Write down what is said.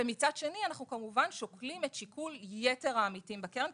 ומצד שני אנחנו כמובן שוקלים את שיקול יתר העמיתים בקרן.